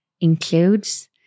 includes